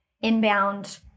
inbound